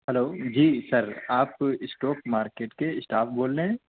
hello جی sir آپ stock market کے اسٹاف بول رہے ہیں